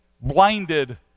blinded